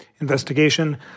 investigation